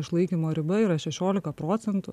išlaikymo riba yra šešiolika procentų